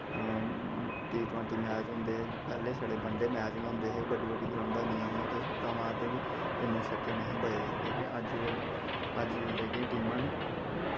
T twenty match होंदे हे पैह्ले शड़े वन डे मैच गै होंदे हे बड्डी बड्डी ग्राउंडां होन्दियां हियां उ'दे छक्का मारदे बी इन्ने चक्के नेहे बजदे जेह्के अज्ज दे अज्ज दे जेह्की टीमां न